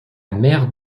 mère